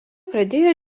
pradėjo